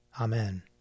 Amen